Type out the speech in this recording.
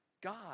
God